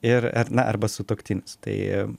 ir ar na arba sutuoktinis tai